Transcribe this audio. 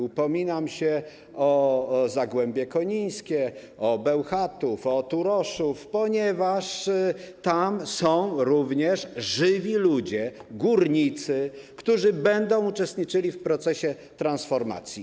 Upominam się o zagłębie konińskie, o Bełchatów, o Turoszów, ponieważ tam są również żywi ludzie, górnicy, którzy będą uczestniczyli w procesie transformacji.